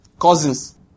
cousins